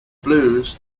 blues